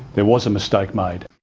there was a mistake made.